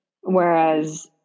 whereas